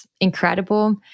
incredible